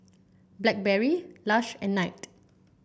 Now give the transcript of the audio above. Blackberry Lush and Knight